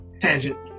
tangent